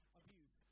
abuse